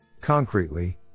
Concretely